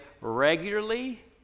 regularly